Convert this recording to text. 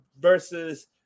versus